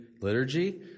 liturgy